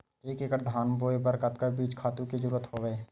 एक एकड़ धान बोय बर कतका बीज खातु के जरूरत हवय?